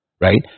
right